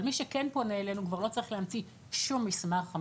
אבל מי שכן פונה אלינו כבר לא צריך להמציא שום מסמך,